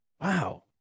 wow